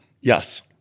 Yes